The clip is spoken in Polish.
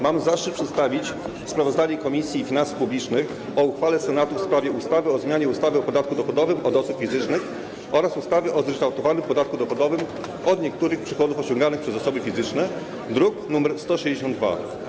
Mam zaszczyt przedstawić sprawozdanie Komisji Finansów Publicznych o uchwale Senatu w sprawie ustawy o zmianie ustawy o podatku dochodowym od osób fizycznych oraz ustawy o zryczałtowanym podatku dochodowym od niektórych przychodów osiąganych przez osoby fizyczne, druk nr 162.